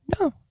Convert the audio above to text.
No